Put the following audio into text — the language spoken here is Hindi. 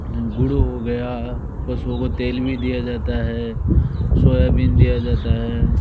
गुड़ हो गया पशुओं को तेल भी दिया जाता है सोयाबीन दिया जाता है